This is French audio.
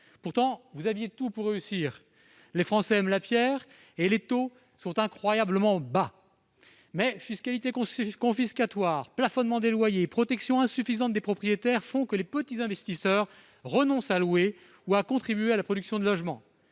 ? Vous aviez tout pour réussir : les Français aiment la pierre et les taux sont incroyablement bas. Pourtant, fiscalité confiscatoire, plafonnement des loyers, protection insuffisante des propriétaires font que les petits investisseurs renoncent à louer ou à contribuer à la production de logements.